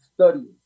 studying